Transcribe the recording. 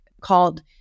called